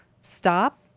stop